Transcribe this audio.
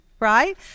right